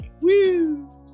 Woo